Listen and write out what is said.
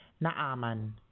naaman